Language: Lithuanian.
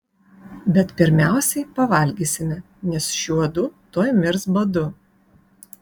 bet pirmiausia pavalgysime nes šiuodu tuoj mirs badu